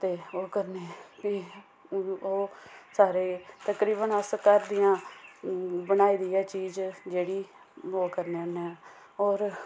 ते ओह् करनें भी ओह् तकरीबन अस घर दियां बनाई दी गै चीज जेह्ड़ी ओह् करनें होन्ने आं और